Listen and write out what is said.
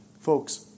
Folks